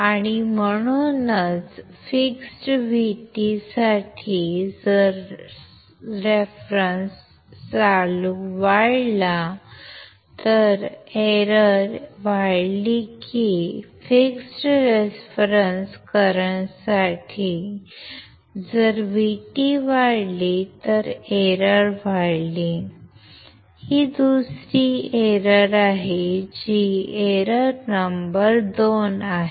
आणि म्हणूनच fixed VT साठी जर संदर्भ चालू वाढला एरर वाढली किंवा फिक्स्ड रेफरन्स करंटसाठी जर VT वाढली तर एरर वाढली ही दुसरी एरर आहे जी एरर नंबर 2 आहे